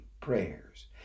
prayers